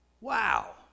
Wow